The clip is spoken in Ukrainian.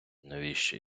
навіщо